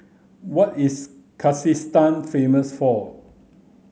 what is Kyrgyzstan famous for